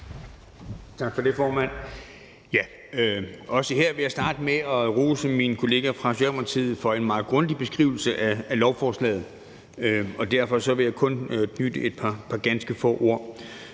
Tak for det, formand. Også her vil jeg starte med at rose min kollega fra Socialdemokratiet for en meget grundig beskrivelse af lovforslaget, og derfor vil jeg kun knytte et par ganske få ord